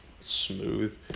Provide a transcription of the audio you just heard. Smooth